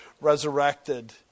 resurrected